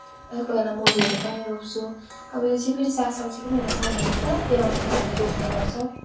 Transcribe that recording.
अनि कोही बेला मुलीहरू पनि रोप्छु अब यो चाहिँ फेरि सागसब्जीको पनि एउटा समय हुन्छ त्यो अनुसार हामी रोप्ने गर्छौँ